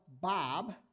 Bob